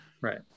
right